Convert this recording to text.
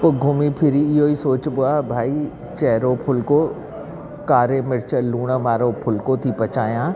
पोइ घुमी फिरी इयो ई सोचिबो आहे भाई चहिरो फुल्को कारे मिर्च लुणु वारो फुल्को थी पचायां